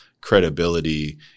credibility